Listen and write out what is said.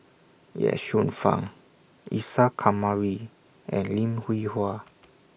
Ye Shufang Isa Kamari and Lim Hwee Hua